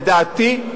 לדעתי,